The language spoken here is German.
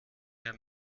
herr